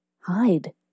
Hide